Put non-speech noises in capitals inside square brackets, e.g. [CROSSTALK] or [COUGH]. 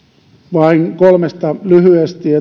vain kolmesta lyhyesti [UNINTELLIGIBLE]